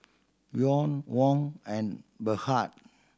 Yuan Won and Baht